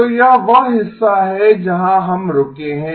तो यह वह हिस्सा है जहां हम रुके हैं